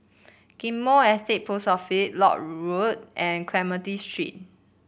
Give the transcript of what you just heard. Ghim Moh Estate Post Office Lock Road and Clementi Street